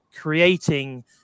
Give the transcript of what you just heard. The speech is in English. creating